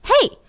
hey